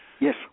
Yes